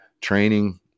training